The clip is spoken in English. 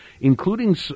including